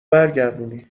برگردونی